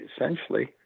essentially